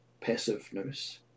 passiveness